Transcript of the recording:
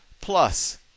Plus